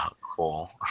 Cool